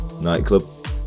nightclub